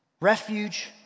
refuge